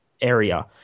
area